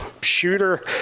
Shooter